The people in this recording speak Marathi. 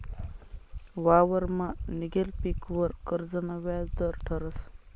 वावरमा निंघेल पीकवर कर्जना व्याज दर ठरस